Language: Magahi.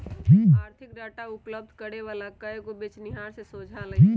आर्थिक डाटा उपलब्ध करे वला कएगो बेचनिहार से सोझा अलई ह